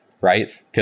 right